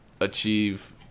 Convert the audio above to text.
achieve